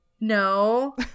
No